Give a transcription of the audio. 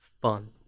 fun